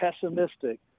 pessimistic